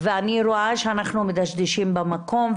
ואני רואה שאנחנו מדשדשים במקום,